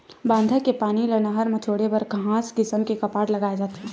बांधा के पानी ल नहर म छोड़े बर खास किसम के कपाट लगाए जाथे